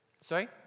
Sorry